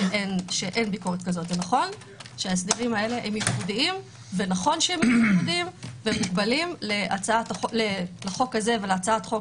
נכון שההסדרים האלה ייחודיים ונכון שהם מוגבלים לחוק הזה ולהצעת חוק